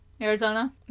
Arizona